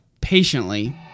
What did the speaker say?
patiently